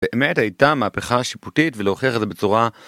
באמת הייתה מהפכה שיפוטית ולהוכיח את זה בצורה...